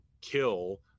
kill